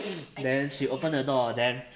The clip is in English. then she open the door then